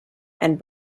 and